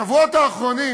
השבועות האחרונים